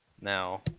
Now